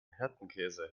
hirtenkäse